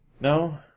no